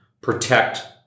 protect